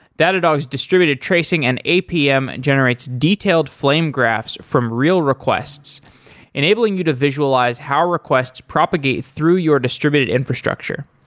datadog's distributed tracing and apm and generates detailed flame graphs from real requests enabling you to visualize how requests propagate through your distributed infrastructure.